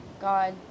God